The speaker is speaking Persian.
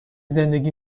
زندگی